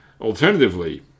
Alternatively